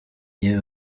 yewe